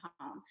home